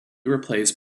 replaced